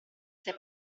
sei